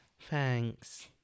Thanks